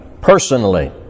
personally